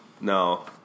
No